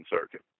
circuit